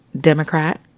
Democrat